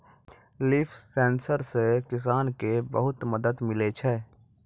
लिफ sensor से किसान के बहुत मदद मिलै छै